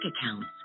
accounts